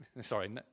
sorry